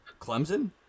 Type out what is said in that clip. Clemson